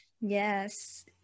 Yes